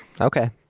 Okay